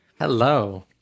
Hello